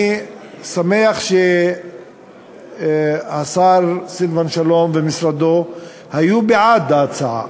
אני שמח שהשר סילבן שלום ומשרדו היו בעד ההצעה.